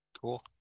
cool